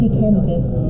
candidates